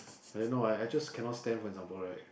I don't know I I just cannot stand for example right